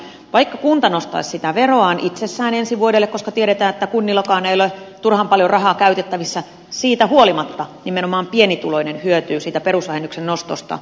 vaikka kunta nostaisi sitä veroa itsessään ensi vuodelle koska tiedetään että kunnillakaan ei ole turhan paljon rahaa käytettävissä siitä huolimatta nimenomaan pienituloinen hyötyy siitä perusvähennyksen nostosta